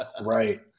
right